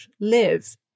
live